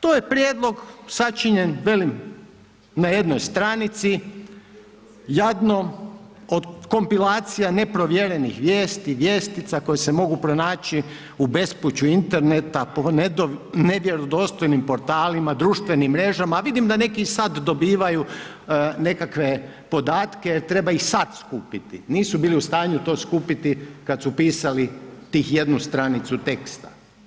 To je prijedlog sačinjen velim na jednoj stranici, jadno od kompilacija, neprovjerenih vijesti, vijestica koje se mogu pronaći u bespuću interneta po nevjerodostojnim portalima, društvenim mrežama, a vidim da neki i sad dobivaju nekakve podatke, treba ih sad skupiti, nisu bili u stanju to skupiti kad su pisali tih jednu stranicu teksta.